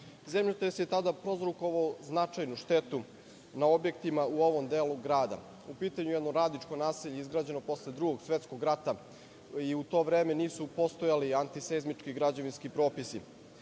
je tada prouzrokovao značajnu štetu na objektima u ovom delu grada. U pitanju je jedno radničko naselje izgrađeno posle Drugog svetskog rata. U to vreme nisu postojali antiseizmički građevinski propisi.